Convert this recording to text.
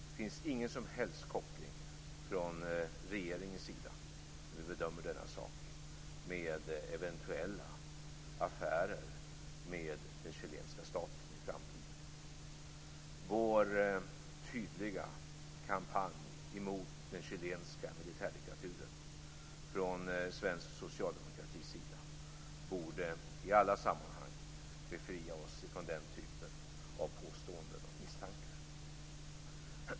Det finns ingen som helst koppling från regeringens sida när vi bedömer denna sak till eventuella affärer med den chilenska staten i framtiden. Vår tydliga kampanj mot den chilenska militärdiktaturen från svensk socialdemokratis sida borde i alla sammanhang befria oss från den typen av påståenden och misstankar.